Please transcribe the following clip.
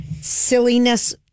silliness